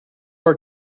our